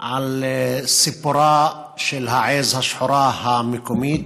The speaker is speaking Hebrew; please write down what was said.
על סיפורה של העז השחורה המקומית.